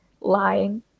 lying